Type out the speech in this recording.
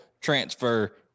transfer